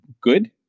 good